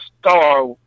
star